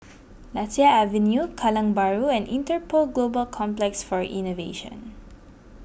Lasia Avenue Kallang Bahru and Interpol Global Complex for Innovation